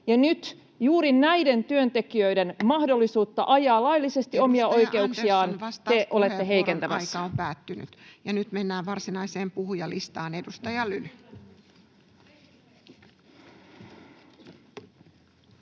Nyt juuri näiden työntekijöiden mahdollisuutta ajaa laillisesti omia oikeuksiaan te olette heikentämässä. Edustaja Andersson, vastauspuheenvuoron